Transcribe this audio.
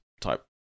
type